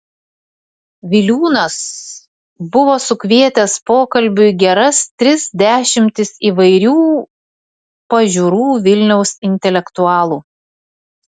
viliūnas buvo sukvietęs pokalbiui geras tris dešimtis įvairių pažiūrų vilniaus intelektualų